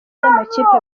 n’amakipe